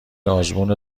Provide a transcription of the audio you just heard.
آزمون